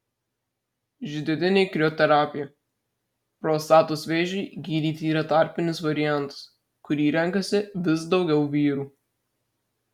židininė krioterapija prostatos vėžiui gydyti yra tarpinis variantas kurį renkasi vis daugiau vyrų